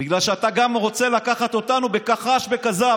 בגלל שאתה גם רוצה לקחת אותנו בכחש וכזב,